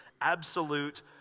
absolute